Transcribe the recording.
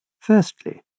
Firstly